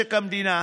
משק המדינה,